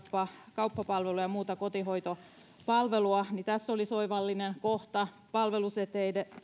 kauppapalvelua ja muuta kotihoitopalvelua tässä olisi oivallinen kohta palvelusetelien